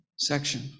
Section